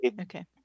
okay